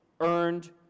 earned